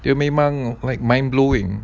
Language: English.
dia memang like mind blowing